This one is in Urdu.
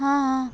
ہاں ہاں